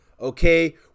okay